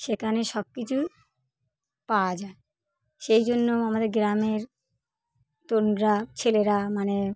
সেকানে সব কিছুই পাওয়া যায় সেই জন্য আমাদের গ্রামের তরুণরা ছেলেরা মানে